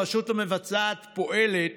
הרשות המבצעת פועלת